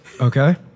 Okay